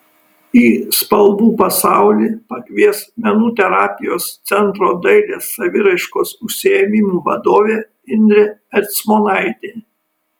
į spalvų pasaulį pakvies menų terapijos centro dailės saviraiškos užsiėmimų vadovė indrė ercmonaitė